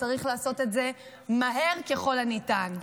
צריך לעשות את זה מהר ככל הניתן.